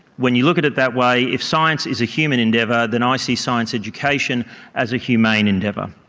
when you look at it that way, if science is a human endeavour then i see science education as a humane endeavour.